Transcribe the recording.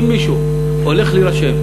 אם מישהו הולך להירשם,